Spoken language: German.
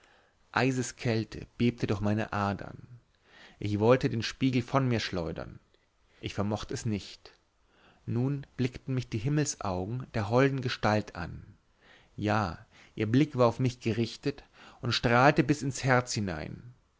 eiskälte bebte durch meine adern ich wollte den spiegel von mir schleudern ich vermocht es nicht nun blickten mich die himmelsaugen der holden gestalt an ja ihr blick war auf mich gerichtet und strahlte bis ins herz hinein